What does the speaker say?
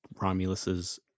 Romulus's